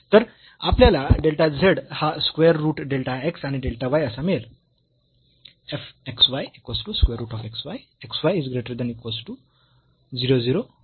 तर आपल्याला delta z हा स्क्वेअर रूट डेल्टा x आणि डेल्टा y असा मिळेल